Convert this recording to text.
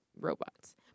robots